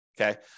okay